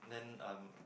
then um